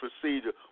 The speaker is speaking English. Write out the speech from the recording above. procedure